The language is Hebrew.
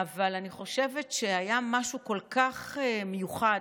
אבל אני חושבת שהיה משהו כל כך מיוחד,